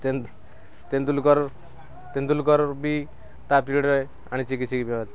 ତେନ୍ଦୁଲକର୍ ତେନ୍ଦୁଲକର୍ ବି ତା ପିରିୟଡ଼୍ରେ ଆଣିଛି କିଛି